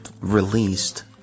released